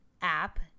app